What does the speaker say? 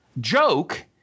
joke